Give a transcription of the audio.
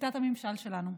לשיטת הממשל שלנו.